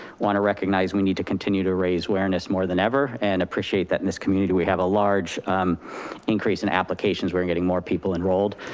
wanna recognize we need to continue to raise awareness more than ever, and appreciate that in this community, we have a large increase in applications, we're getting more people enrolled.